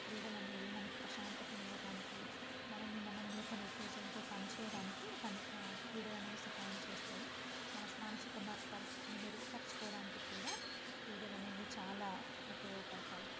క్రీడలనేవి మనకి ప్రశాంతతని ఇవ్వటానికి మనల్ని మనం నూతన ఉత్తేజంతో పనిచేయడానికి పని క్రీడలనేవి సహాయం చేస్తాయి మన మానసిక పరిస్థితిని మెరుగుపరచుకోవడానికి కూడా క్రీడలనేవి చాలా ఉపయోగపడతాయి